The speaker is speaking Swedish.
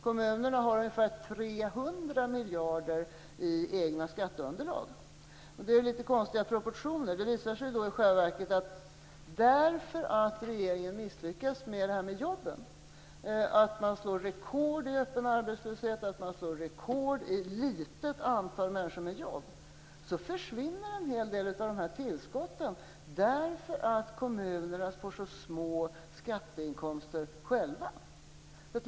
Kommunerna har ungefär 300 miljarder i egna skatteavdrag. Det är litet konstiga proportioner. Det visar sig i själva verket att därför att regeringen misslyckas med målet för jobben, slår rekord i öppen arbetslöshet och i litet antal människor med jobb, försvinner en hel del av de här tillskotten, på grund av att kommunerna får så små skatteinkomster själva.